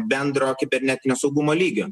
bendro kibernetinio saugumo lygio